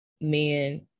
men